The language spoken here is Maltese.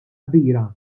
kbira